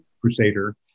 crusader